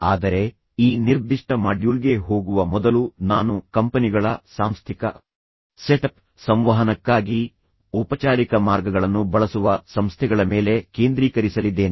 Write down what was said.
ಆದರೆ ಈ ನಿರ್ದಿಷ್ಟ ಮಾಡ್ಯೂಲ್ಗೆ ಹೋಗುವ ಮೊದಲು ನಾನು ಕಂಪನಿಗಳ ಸಾಂಸ್ಥಿಕ ಸೆಟಪ್ ಸಂವಹನಕ್ಕಾಗಿ ಔಪಚಾರಿಕ ಮಾರ್ಗಗಳನ್ನು ಬಳಸುವ ಸಂಸ್ಥೆಗಳ ಮೇಲೆ ಕೇಂದ್ರೀಕರಿಸಲಿದ್ದೇನೆ